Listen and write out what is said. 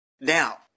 Now